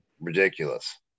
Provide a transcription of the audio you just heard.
ridiculous